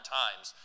times